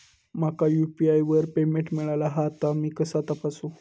माका यू.पी.आय वर पेमेंट मिळाला हा ता मी कसा तपासू?